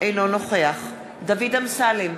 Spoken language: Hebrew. אינו נוכח דוד אמסלם,